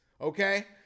okay